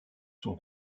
sont